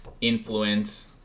influence